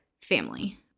family